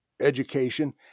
education